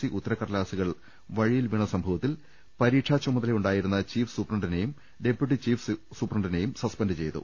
C ഉത്തരക്കടലാസുകൾ വഴിയിൽ വീണ സംഭവത്തിൽ പരീക്ഷാ ചുമതലയുണ്ടായിരുന്ന ചീഫ് സൂപ്രണ്ടിനെയും ഡെപ്യൂട്ടി ചീഫ് സൂപ്രണ്ടിനെയും സസ്പെന്റ് ചെയ്തു